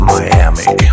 Miami